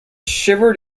shivered